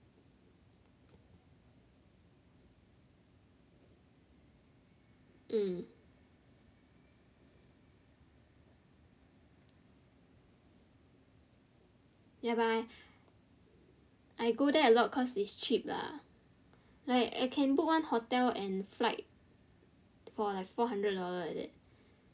um ya but I I go there a lot cause it's cheap lah like I can book one hotel and flight for like four hundred dollar like that